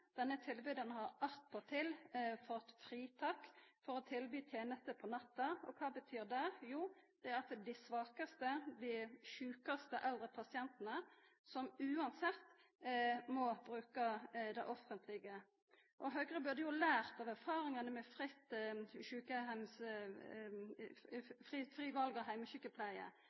Denne tilbydaren har attpåtil fått fritak for å tilby teneste på natta. Kva betyr det? Jo, at det er dei svakaste, dei sjukaste eldre pasientane som likevel må bruka det offentlege. Høgre burde jo lært av erfaringane med fritt val av